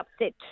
upset